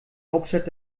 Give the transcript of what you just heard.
hauptstadt